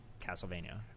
Castlevania